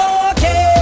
okay